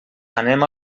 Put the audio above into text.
anem